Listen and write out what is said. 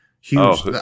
huge